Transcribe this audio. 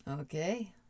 Okay